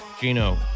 Gino